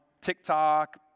TikTok